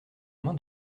main